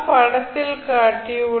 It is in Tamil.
படத்தில் காட்டியுள்ள